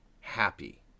happy